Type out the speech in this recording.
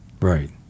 right